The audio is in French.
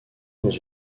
dans